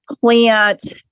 plant